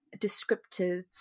descriptive